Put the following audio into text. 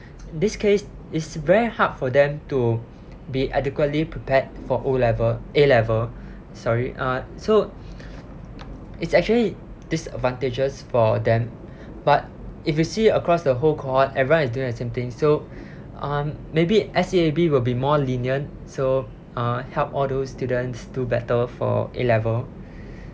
this case is very hard for them to be adequately prepared for O level A level sorry uh so it's actually disadvantages for them but if you see across the whole cohort everyone is doing the same thing so uh maybe S_E_A_B will be more lenient so uh help all those students do better for A level